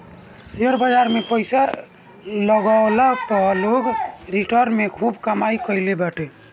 share बाजार में पईसा लगवला पअ लोग रिटर्न से खूब कमाई कईले बाटे